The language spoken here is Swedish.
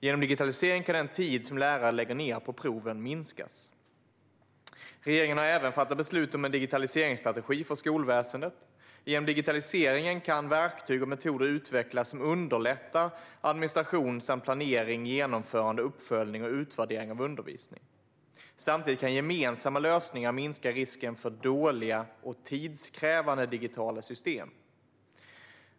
Genom digitalisering kan den tid som lärare lägger ned på proven minskas. Regeringen har även fattat beslut om en digitaliseringsstrategi för skolväsendet. Genom digitaliseringen kan verktyg och metoder utvecklas som underlättar administration samt planering, genomförande, uppföljning och utvärdering av undervisningen. Samtidigt kan gemensamma lösningar minska risken för dåliga och tidskrävande digitala system.